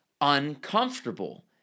uncomfortable